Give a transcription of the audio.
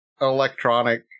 electronic